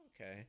Okay